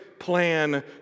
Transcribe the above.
plan